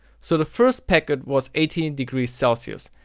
so the first packet was eighteen degrees celsius.